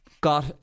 got